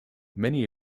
many